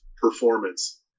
performance